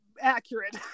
accurate